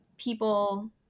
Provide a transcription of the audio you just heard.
People